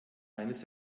eines